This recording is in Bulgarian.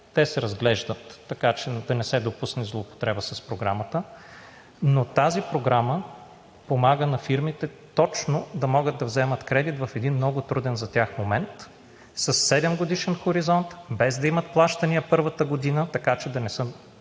Те се разглеждат, така че да не се допусне злоупотреба с програмата. Тази програма помага точно на фирмите, за да могат да вземат кредит в един много труден за тях момент със седемгодишен хоризонт, без да имат плащания през първата година, така че да не са